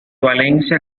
valencia